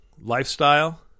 lifestyle